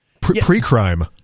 pre-crime